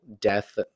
death